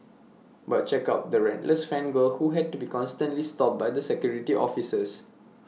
but check out the relentless fan girl who had to be constantly stopped by the security officers